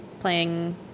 playing